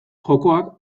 jokoak